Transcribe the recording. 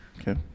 okay